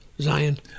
Zion